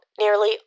nearly